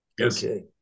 Okay